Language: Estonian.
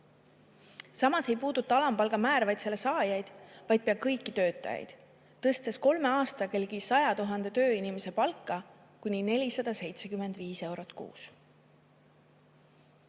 Samas ei puuduta alampalga määr vaid selle saajaid, vaid pea kõiki töötajaid, tõstes kolme aastaga ligi 100 000 tööinimese palka kuni 475 eurot kuus. Teine